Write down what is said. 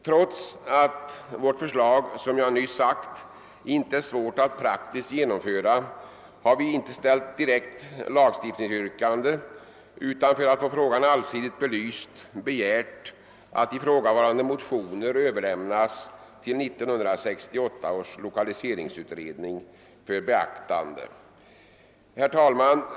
Trots att vårt förslag som sagt inte är svårt att praktiskt genomföra har vi emellertid inte ställt något direkt yrkande om lagstiftning, utan vi har för att få frågan allsidigt belyst begärt att ifrågavarande motioner överlämnas till 1968 års lokaliseringsutredning för beaktande. Herr talman!